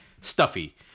stuffy